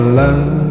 love